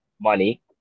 money